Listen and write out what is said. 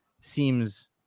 seems